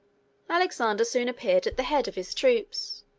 alexander soon appeared at the head of his troops.